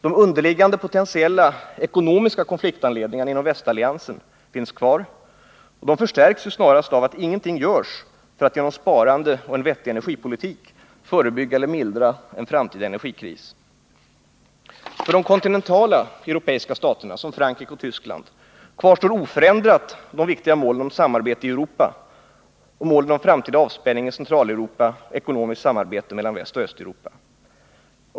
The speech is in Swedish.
De underliggande, potentiella, ekonomiska konfliktanledningarna inom västalliansen finns kvar och förstärks snarast av att ingenting görs för att genom sparande och en vettig energipolitik förebygga eller mildra en framtida energikris. För de kontinentala europeiska staterna som Frankrike och Tyskland kvarstår oförändrat de viktiga målen om samarbete i Europa och målen om en framtida avspänning i Centraleuropa och ekonomiskt samarbete mellan Västoch Östeuropa.